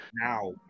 now